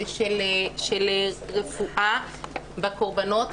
של רפואה של הקורבנות,